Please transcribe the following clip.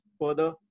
further